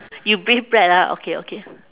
you breathe bread ah okay okay